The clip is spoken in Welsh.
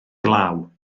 glaw